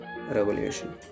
Revolution